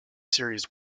series